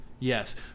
Yes